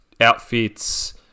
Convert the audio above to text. outfits